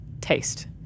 taste